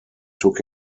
took